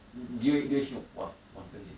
wa~ wanted it